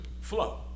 flow